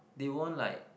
they won't like